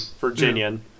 Virginian